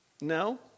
No